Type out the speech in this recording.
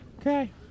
Okay